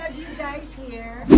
guys here!